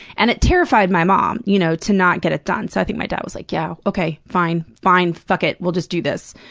and it terrified my mom you know to not get it done, so i think my dad was like, yeah, okay, fine. fine. fuck it. we'll just do this,